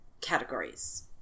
categories